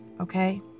okay